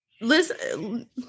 listen